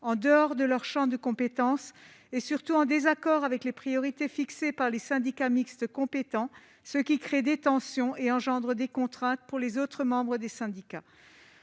en dehors de leur champ de compétence, mais surtout en contradiction avec les priorités fixées par les syndicats mixtes compétents, ce qui suscite des tensions et fait peser des contraintes sur les autres membres du syndicat.